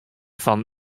fan